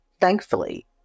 thankfully